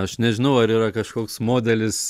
aš nežinau ar yra kažkoks modelis